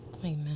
Amen